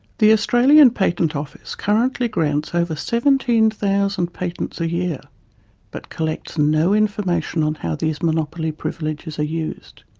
the australian patent office currently grants over seventeen thousand patents a year but collects no information on how these monopoly privileges are used.